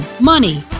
money